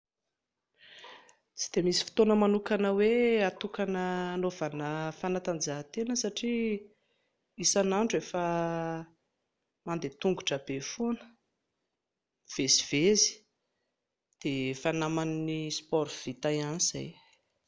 Tsy dia misy fotoana manokana hoe hatokana hanaovana fanatanjahan-tena satria isan'andro efa mandeha an-tongotra be foana, mivezivezy, dia efa naman'ny sport vita ihany izay